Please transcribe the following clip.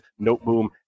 Noteboom